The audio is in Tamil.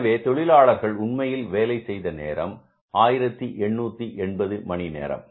எனவே தொழிலாளர்கள் உண்மையில் வேலை செய்த நேரம் 1880 மணிநேரம்